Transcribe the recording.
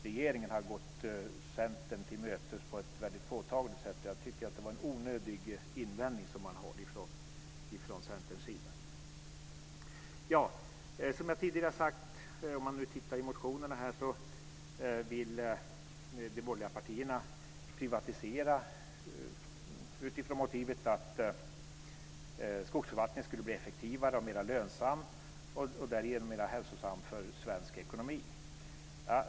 Regeringen har gått Centern till mötes på ett påtagligt sätt, och jag tycker därför att det är en onödig invändning som Om man tittar i motionerna ser man att de borgerliga partierna vill privatisera utifrån motivet att skogsförvaltningen skulle bli effektivare och mer lönsam och därigenom mer hälsosam för svensk ekonomi.